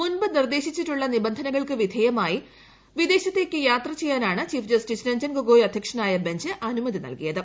മുമ്പ് നിർദ്ദേശീച്ചിട്ടുള്ള നിബന്ധനകൾക്ക് വിധേയമായി വിദേശത്തേയ്ക്ക് യാത്രി ച്ചെയ്യാനാണ് ചീഫ് ജസ്റ്റിസ് രജ്ഞൻ ഗോഗോയി അധ്യക്ഷനായ് ബ്ഞ്ച് അനുമതി നൽകിയത്